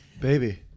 Baby